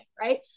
right